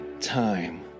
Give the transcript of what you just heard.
time